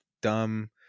dumb